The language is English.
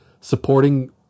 supporting